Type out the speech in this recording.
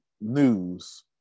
news